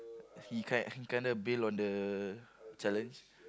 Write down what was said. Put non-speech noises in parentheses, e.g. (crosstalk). (noise) he kind he kinda bail on the (noise) challenge